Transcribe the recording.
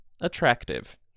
attractive